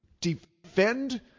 defend